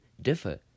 differ